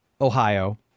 ohio